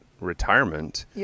retirement